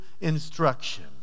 instruction